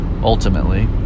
ultimately